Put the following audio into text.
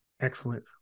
Excellent